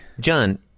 John